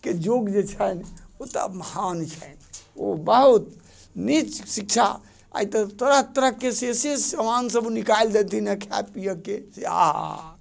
के योग जे छनि ओ तऽ महान छनि ओ बहुत नीच शिक्षा आइ तऽ तरह तरहके से से समानसब ओ निकालि देथिन आओर खाइ पिअऽके से आह हऽ